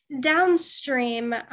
downstream